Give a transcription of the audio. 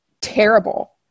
terrible